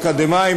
אקדמאים,